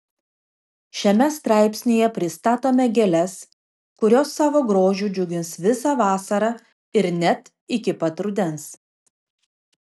šiame straipsnyje pristatome gėles kurios savo grožiu džiugins visą vasarą ir net iki pat rudens